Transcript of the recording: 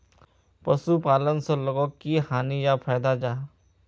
पशुपालन से लोगोक की हानि या फायदा जाहा?